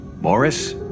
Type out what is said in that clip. Morris